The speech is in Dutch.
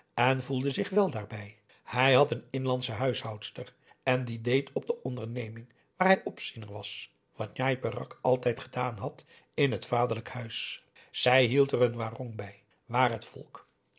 en voelde zich wèl daarbij hij had een inlandsche huishoudster en die deed op de onderneming waar hij opziener was wat njai peraq altijd gedaan had in het vaderlijk huis zij hield er een warong bij waar het volk